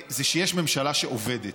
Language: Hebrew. זה שיש ממשלה שעובדת.